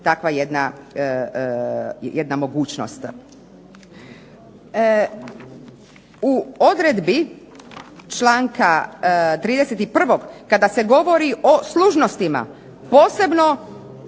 takva jedna mogućnost. U odredbi članka 31. kada se govori o služnostima posebno